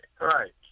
Right